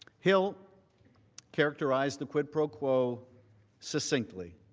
hill characterized the quid pro quo succinctly.